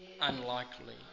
unlikely